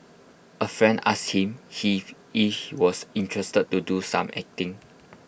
A friend asked him was interested to do some acting